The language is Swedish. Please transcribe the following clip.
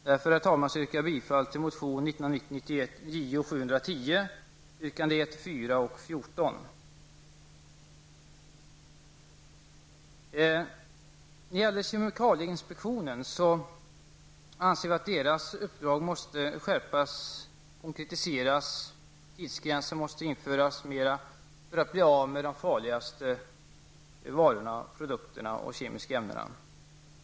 Därför, herr talman, yrkar jag bifall till motion 1990/91:Jo710, yrkandena 1, 4 och 14. Vi anser vidare att kemikalieinspektionens uppdrag måste skärpas och konkretiseras. Det måste bl.a. införas tidsgränser för att vi skall bli av med de farligaste varorna och produkterna som innehåller kemiska ämnen.